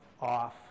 off